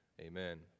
amen